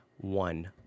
one